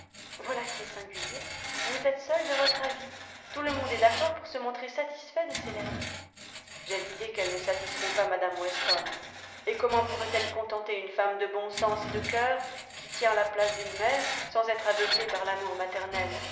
voilà qui est singulier vous êtes seul de votre avis tout le monde est d'accord pour se montrer satisfait de ses lettres j'ai idée qu'elles ne satisfont pas mme weston et comment pourraient-elles contenter une femme de bon sens et de cœur qui tient la place d'une mère sans être aveuglée par l'amour maternel